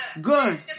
good